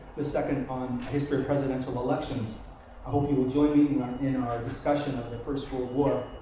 the second on the history of presidential elections. i hope you enjoy in our discussion of the first world war.